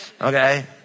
okay